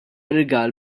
rigal